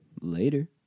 Later